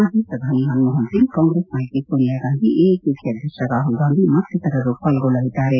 ಮಾಜಿ ಪ್ರಧಾನಿ ಮನಮೋಹನ್ಸಿಂಗ್ ಕಾಂಗ್ರೆಸ್ ನಾಯಕಿ ಸೋನಿಯಾ ಗಾಂಧಿ ಎಐಸಿಸಿ ಅಧ್ಯಕ್ಷ ರಾಹುಲ್ಗಾಂಧಿ ಮತ್ತಿತರರು ಪಾಲ್ಗೊಳ್ಳಲಿದ್ದಾರೆ